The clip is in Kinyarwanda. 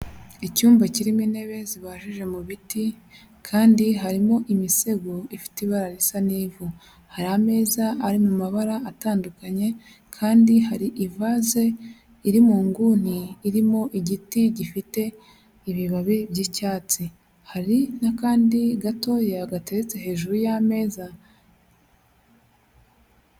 Icyumba kirimo intebe zibajije mu biti kandi harimo imisego ifite ibara risa n'ivu hari ameza ari mu mabara atandukanye kandi hari ivaze iri mu nguni irimo igiti gifite ibibabi by'icyatsi. Hari n'akandi gatoya gateretse hejuru y'ameza.